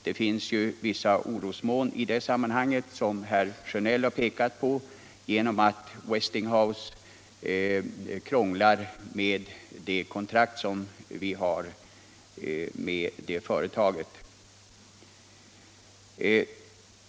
Det finns vissa orosmoln i sammanhanget, som herr Sjönell pekade på, genom att Westinghouse krånglar med det kontrakt som vi har med företaget.